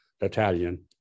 Italian